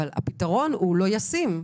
אבל הוא לא ישים.